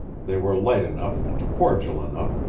they were light enough and cordial enough,